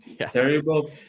terrible